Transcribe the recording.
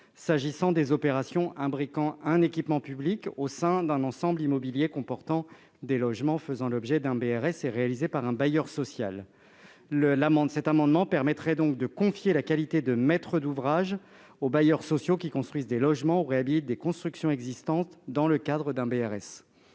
quant aux opérations imbriquant un équipement public au sein d'un ensemble immobilier comportant des logements faisant l'objet d'un BRS et réalisés par un bailleur social. L'adoption de cet amendement permettrait de confier la qualité de maître d'ouvrage aux bailleurs sociaux qui construisent des logements ou réhabilitent des constructions existantes dans le cadre d'un BRS.